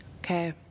Okay